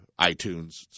iTunes